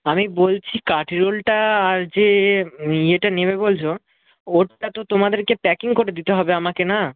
আমি বলছি কাঠি রোলটা আর যে ইয়েটা নেবে বলছ ওটা তো তোমাদেরকে প্যাকিং করে দিতে হবে আমাকে না